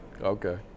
Okay